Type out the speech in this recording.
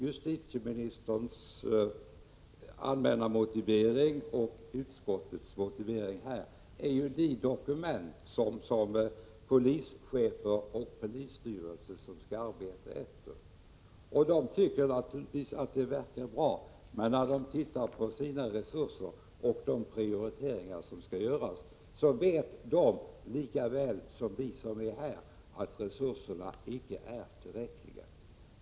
Justitieministerns allmänna motivering och utskottets motivering är de dokument som polischefer och polisstyrelser skall arbeta efter. De tycker naturligtvis att det verkar bra, men när de tittar på sina resurser och de prioriteringar som skall göras inser de, lika väl som vi gör här i riksdagen, att resurserna icke är tillräckliga.